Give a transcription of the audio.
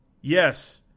Yes